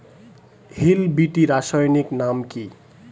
Hill বিটি রাসায়নিক নাম কি?